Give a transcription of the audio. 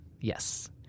Yes